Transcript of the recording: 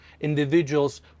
individuals